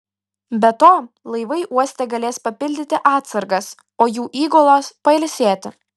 be to laivai uoste galės papildyti atsargas o jų įgulos pailsėti